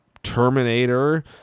terminator